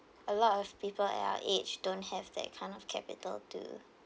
a lot of people at our age don't have that kind of capital to